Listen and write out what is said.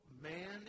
man